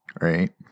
right